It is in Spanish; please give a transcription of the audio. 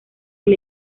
del